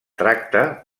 tracta